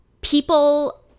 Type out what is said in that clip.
People